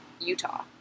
Utah